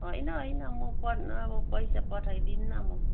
हैन हैन म प अब पैसा पठाइदिन्नँ म